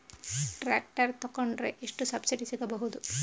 Tractor ತೊಕೊಂಡರೆ ಎಷ್ಟು subsidy ಸಿಗಬಹುದು?